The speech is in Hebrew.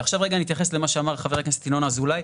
ועכשיו רגע אני אתייחס למה שאמר חבר הכנסת ינון אזולאי,